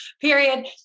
period